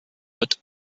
wird